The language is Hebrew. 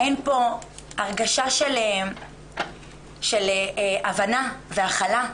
אין פה רגשה של הבנה והכלה.